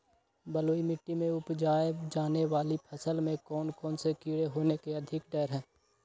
बलुई मिट्टी में उपजाय जाने वाली फसल में कौन कौन से कीड़े होने के अधिक डर हैं?